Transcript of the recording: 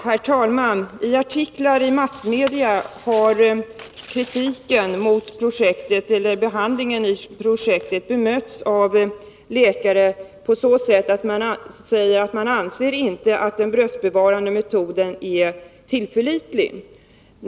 Herr talman! I artiklar i massmedia har kritik mot behandlingen i projektet bemötts av läkare på så sätt att de har sagt att de inte anser den bröstbevarande metoden vara tillförlitlig.